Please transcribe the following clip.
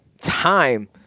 time